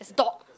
there's a dog